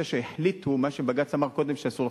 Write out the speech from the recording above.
ב-2009 החליטו מה שבג"ץ אמר קודם שאסור,